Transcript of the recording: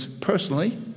personally